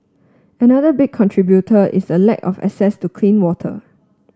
another big contributor is a lack of access to clean water